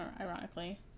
ironically